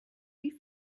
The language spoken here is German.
wie